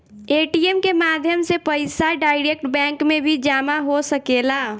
ATM के माध्यम से पईसा डायरेक्ट बैंक में भी जामा हो सकेला